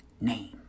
name